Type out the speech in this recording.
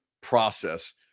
Process